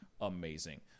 amazing